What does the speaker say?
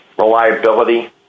reliability